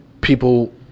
people